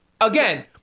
Again